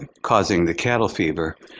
causing the cattle fever,